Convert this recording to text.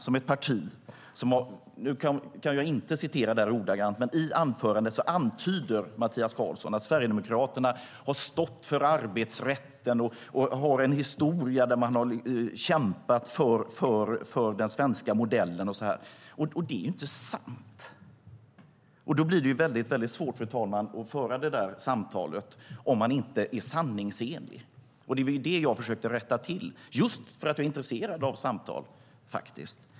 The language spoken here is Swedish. Jag kan inte citera ordagrant, men i anförandet antydde Mattias Karlsson att Sverigedemokraterna har stått för arbetsrätten och har en historia där man har kämpat för den svenska modellen. Men det är ju inte sant. Då blir det svårt, fru talman, att föra det samtalet - om man inte är sanningsenlig. Det var det jag försökte rätta till, just för att jag är intresserad av samtal.